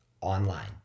Online